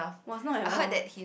was not at all